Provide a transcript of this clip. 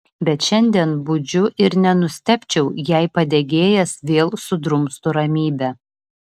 bet šiandien budžiu ir nenustebčiau jei padegėjas vėl sudrumstų ramybę